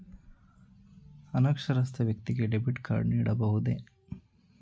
ಅನಕ್ಷರಸ್ಥ ವ್ಯಕ್ತಿಗೆ debit card ನೀಡಬಹುದೇ?